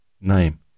name